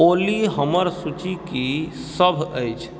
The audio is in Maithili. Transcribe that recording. ओली हमर सूची की सभ अछि